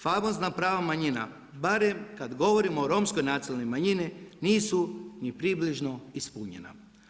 Famozna prava manjina barem kada govorimo o romskoj nacionalnoj manjini nisu ni približno ispunjena.